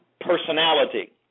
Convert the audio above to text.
personality